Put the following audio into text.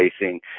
facing